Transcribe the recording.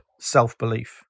self-belief